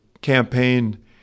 campaign